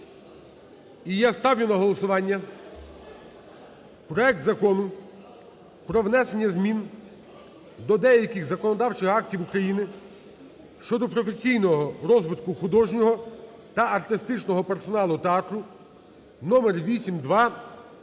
І я ставлю на голосування проект Закону "Про внесення змін до деяких законодавчих актів України щодо професійного розвитку художнього та артистичного персоналу театру" (номер 8222)